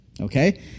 Okay